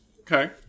Okay